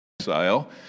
exile